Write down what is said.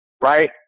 right